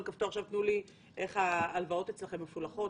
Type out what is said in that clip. כפתור ותנו לי איך ההלוואות אצלכם מפולחות,